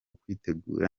kwitegura